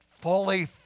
fully